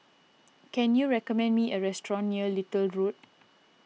can you recommend me a restaurant near Little Road